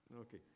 Okay